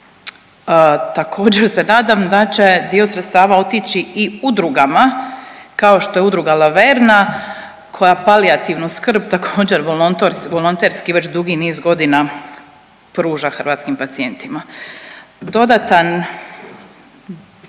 Također se nadam da će dio sredstava otići i udrugama kao što je Udruga Laverna koja palijativnu skrb također volonterski već dugi niz godina pruža hrvatskim pacijentima. Dodatna